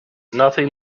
nothing